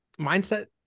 mindset